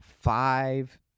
five